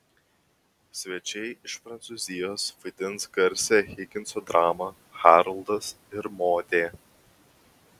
svečiai iš prancūzijos vaidins garsią higinso dramą haroldas ir modė